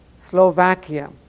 Slovakia